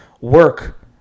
work